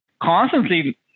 constantly